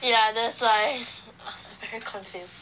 ya that's why I also very confused